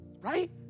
right